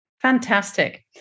Fantastic